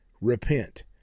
Repent